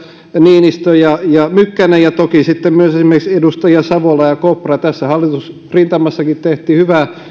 niinistö ja ja mykkänen ja toki sitten myös esimerkiksi edustaja savolaa ja kopraa tässä hallitusrintamassakin tehtiin hyvää